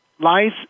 lies